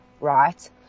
right